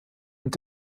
und